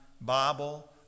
Bible